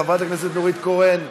חברת הכנסת נורית קורן.